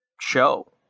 show